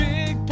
Big